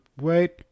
Wait